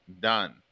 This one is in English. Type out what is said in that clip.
done